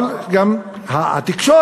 אבל גם התקשורת,